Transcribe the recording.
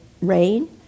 rain